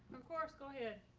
of course, go ahead.